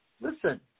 listen